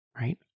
right